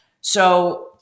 So-